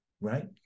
right